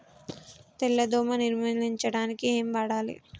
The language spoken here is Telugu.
తెల్ల దోమ నిర్ములించడానికి ఏం వాడాలి?